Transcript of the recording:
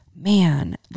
man